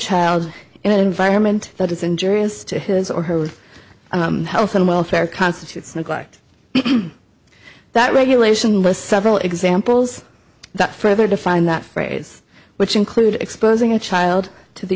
child in an environment that is injurious to his or her health and welfare constitutes neglect that regulation was several examples that further define that phrase which include exposing a child to the